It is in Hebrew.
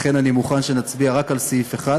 לכן אני מוכן שנצביע רק על סעיף 1,